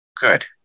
Good